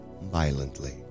violently